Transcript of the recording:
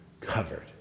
covered